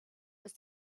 was